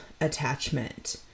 attachment